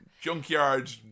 Junkyard